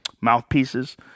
mouthpieces